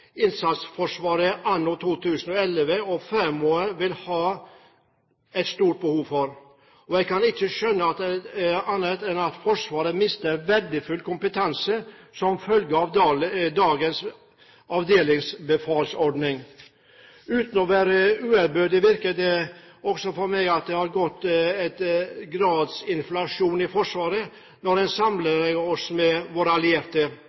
vil ha et stort behov for. Jeg kan ikke skjønne annet enn at Forsvaret mister verdifull kompetanse som følge av dagens avdelingsbefalsordning. Uten å være uærbødig virker det også for meg som om det har gått gradsinflasjon i Forsvaret når en sammenlikner med våre allierte,